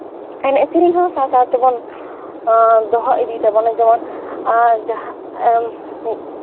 ᱮᱱᱮᱡ ᱥᱮᱨᱮᱧ ᱦᱚᱸ ᱥᱟᱶ ᱥᱟᱶ ᱛᱮᱵᱚᱱ ᱫᱚᱦᱚ ᱤᱫᱤ ᱛᱟᱵᱚᱱᱟ ᱡᱮᱢᱚᱱ ᱡᱟᱦᱟᱸ